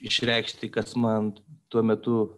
išreikšti kas man tuo metu